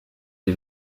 iyi